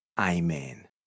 Amen